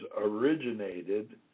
originated